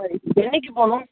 சரி என்னக்கு போகணும்